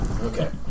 Okay